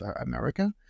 America